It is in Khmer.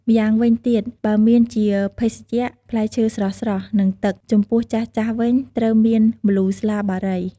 ម្យ៉ាងវិញទៀត បើមានជាភេសជ្ជៈ ផ្លែឈើស្រស់ៗ និងទឹក ចំពោះចាស់ៗវិញត្រូវមានម្លូស្លាបារី។